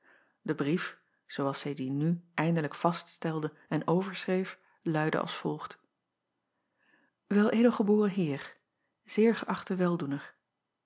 e brief zoo als zij dien nu eindelijk vaststelde en overschreef luidde als volgt el delgeboren eer eer geächte eldoener